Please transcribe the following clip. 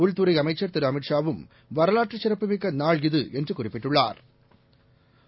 உள்துறைஅமைச்சா் திருஅமித்ஷாவும் வரலாற்றுசிறப்புமிக்கநாள் இது என்றுகுறிப்பிட்டுள்ளாா்